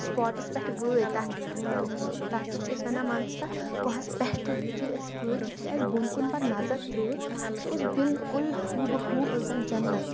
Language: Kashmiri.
سُپاٹَس پٮ۪ٹھ وٲتۍ تَتھ تَتھ کیاہ چھِ أسۍ وَنان مان ژٕ تَتھ کُہس پٮ۪ٹھٕ یِتُھے أسۍ وٲتۍ یِتھُے اَسہِ بۄن کُن پَتہٕ نَظر ترٲو سُہ اوس بِلکُل ہوٗ بہ ہوٗ ٲس زَن جنت